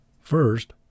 First